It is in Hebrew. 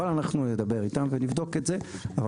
אבל אנחנו נדבר איתם ונבדוק את זה אבל